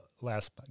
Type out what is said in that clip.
last